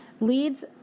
leads